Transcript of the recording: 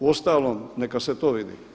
Uostalom neka se to vidi.